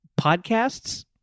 podcasts